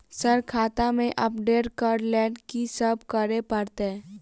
Sir खाता केँ update करऽ लेल की सब करै परतै?